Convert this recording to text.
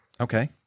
Okay